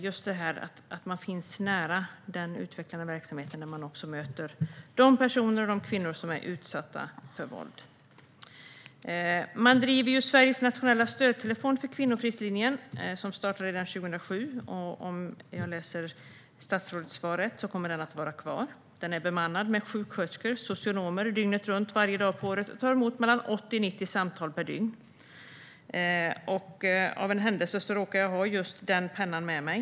Det handlar om just detta att man finns nära den utvecklande verksamheten, där man också möter de personer och de kvinnor som är utsatta för våld. Man driver Sveriges nationella stödtelefon Kvinnofridslinjen, som startade redan 2007. Om jag läser statsrådets svar rätt kommer den att vara kvar. Den är bemannad med sjuksköterskor och socionomer dygnet runt, varje dag på året, och tar emot mellan 80 och 90 samtal per dygn. Av en händelse råkar jag ha en penna därifrån med mig.